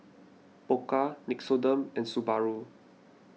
Pokka Nixoderm and Subaru